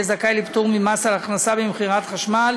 יהיה זכאי לפטור ממס על הכנסה ממכירת חשמל